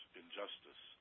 injustice